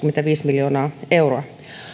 miljoonaa euroa